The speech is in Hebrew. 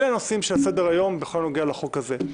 אלה הנושאים שעל סדר היום בכל הנוגע להצעת החוק הזאת.